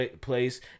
place